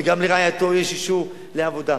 וגם לרעייתו יש אישור לעבודה.